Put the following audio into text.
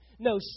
No